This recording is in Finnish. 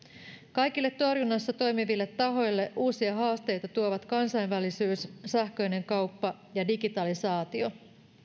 kaikille torjunnassa toimiville tahoille uusia haasteita tuovat kansainvälisyys sähköinen kauppa ja digitalisaatio